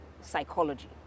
psychology